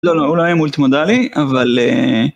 לא לא אולי מולטימודלי אבל...